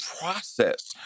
process